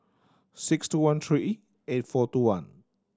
six two one three eight four two one